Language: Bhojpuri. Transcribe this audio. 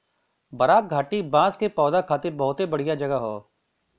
बराक घाटी बांस के पौधा खातिर बहुते बढ़िया जगह हौ